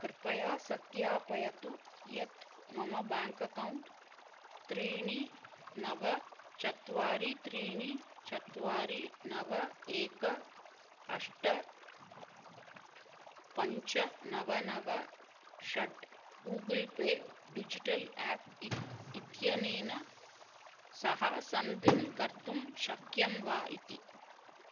कृपया सत्यापयतु यत् मम बेङ्क् अकौण्ट् त्रीणि नव चत्वारि त्रीणि चत्वारि नव एक अष्ट पञ्च नव नव षट् गूगुल् पे डिजिटल् एप् इत् इत्यनेन सह सन्धिं कर्तुं शक्यं वा इति